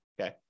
Okay